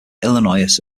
illinois